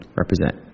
represent